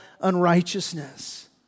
unrighteousness